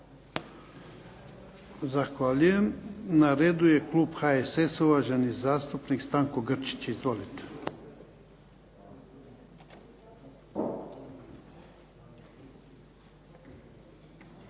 Zahvaljujem. Na redu je klub HSS-a, uvaženi zastupnik Stanko Grčić. Izvolite.